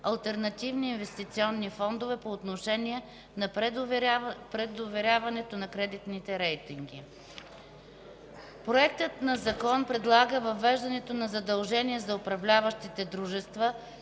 алтернативни инвестиционни фондове, по отношение на предоверяването на кредитни рейтинги. II. Проектът на закон предлага въвеждането на задължения за управляващите дружества,